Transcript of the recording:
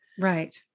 Right